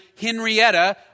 Henrietta